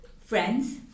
friends